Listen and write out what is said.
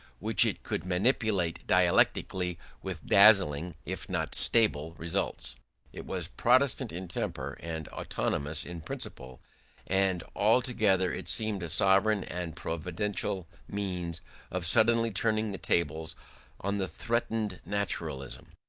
which it could manipulate dialectically with dazzling, if not stable, results it was protestant in temper and autonomous in principle and altogether it seemed a sovereign and providential means of suddenly turning the tables on the threatened naturalism.